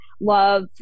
love